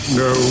no